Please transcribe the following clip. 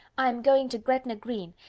i am going to gretna green,